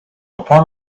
upon